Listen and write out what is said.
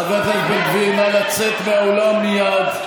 חבר הכנסת בן גביר, נא לצאת מהאולם מייד.